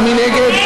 מי נגד?